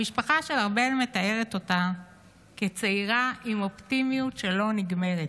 המשפחה של ארבל מתארת אותה כצעירה עם אופטימיות שלא נגמרת,